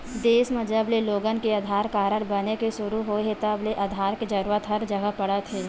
देस म जबले लोगन के आधार कारड बने के सुरू होए हे तब ले आधार के जरूरत हर जघा पड़त हे